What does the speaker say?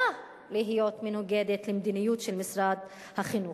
להיות מנוגדת למדיניות של משרד החינוך.